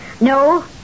No